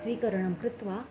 स्वीकरणं कृत्वा